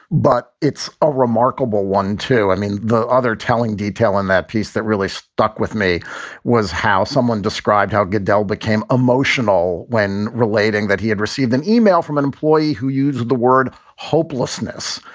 but it's a remarkable one, too. i mean, the other telling detail in that piece that really stuck with me was how someone described how goodell became emotional when relating that he had received an email from an employee who used the word hopelessness.